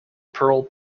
pearl